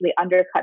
undercut